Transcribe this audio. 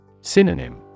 Synonym